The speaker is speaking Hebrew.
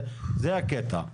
זה הקטע.